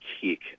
kick